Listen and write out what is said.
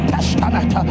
Testament